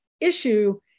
issue